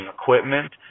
equipment